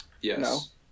Yes